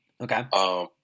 Okay